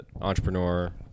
entrepreneur